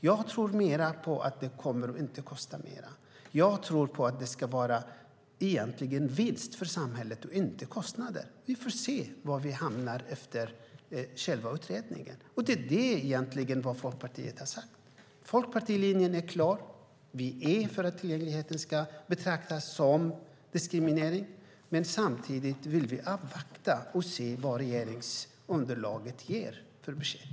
Jag tror inte att det kommer att kosta mer. Jag tror att det kommer att vara en vinst för samhället och inte kostnader. Vi får se var vi hamnar efter själva utredningen. Det är egentligen det Folkpartiet har sagt. Folkpartilinjen är klar. Vi är för att bristande tillgänglighet ska betraktas som diskrimineringsgrund, men samtidigt vill vi avvakta och se vad regeringsunderlaget ger för besked.